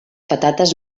patates